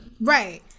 Right